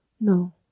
no